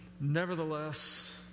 nevertheless